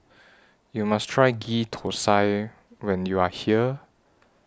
YOU must Try Ghee Thosai when YOU Are here